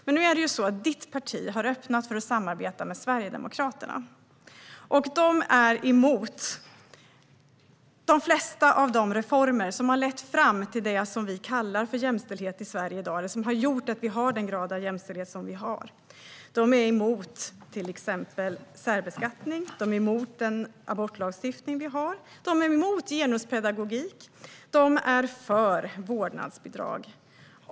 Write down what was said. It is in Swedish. Men nu är det ju så att hans parti har öppnat för att samarbeta med Sverigedemokraterna, och de är emot de flesta av de reformer som har lett fram till det som vi kallar för jämställdhet i Sverige i dag eller som har gjort att vi har den grad av jämställdhet som vi har. Sverigedemokraterna är till exempel emot särbeskattning, de är emot den abortlagstiftning vi har, de är emot genuspedagogik och de är för vårdnadsbidrag.